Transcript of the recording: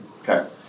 Okay